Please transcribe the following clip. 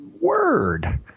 word